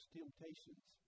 temptations